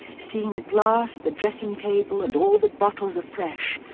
seeing the glass, the dressing table, and all the bottles afresh,